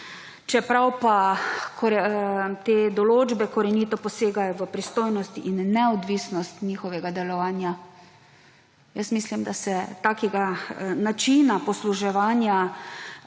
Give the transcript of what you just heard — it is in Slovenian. čeprav pa te določbe korenito posegajo v pristojnost in neodvisnost njihovega delovanja. Mislim, da se takega načina posluževanja